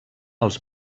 els